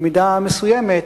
במידה מסוימת,